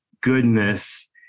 goodness